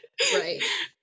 Right